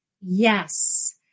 yes